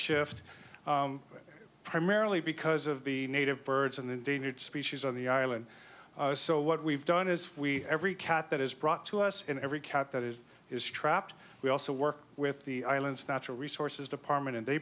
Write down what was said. shift primarily because of the native birds and endangered species on the island so what we've done is we every cat that is brought to us in every cat that is is trapped we also work with the island's natural resources department and they